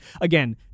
again